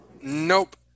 Nope